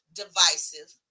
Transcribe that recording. divisive